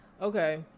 Okay